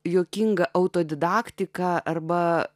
juokinga auto didaktika arba